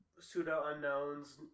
pseudo-unknowns